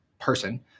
person